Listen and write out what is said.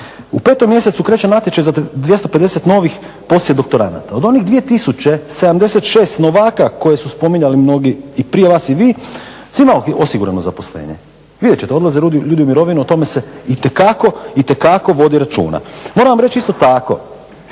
u 5. mjesecu kreće natječaj za 250 novih poslijedoktoranata. Od onih 2 tisuće 76 novaka koje su spominjali mnogi i prije vas i vi svima je osigurano zaposlenje. Vidjet ćete, odlaze ljudi u mirovinu o tome se itekako vodi računa. Moram vam reći isto tako,